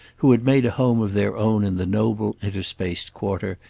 who had made a home of their own in the noble interspaced quarter,